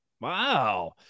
wow